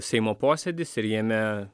seimo posėdis ir jame